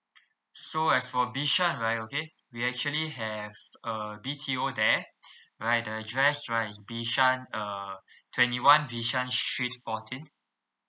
so as for bishan right okay we actually have uh B_T_O there right the address right is bishan uh twenty one bishan street fourteen